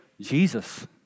Jesus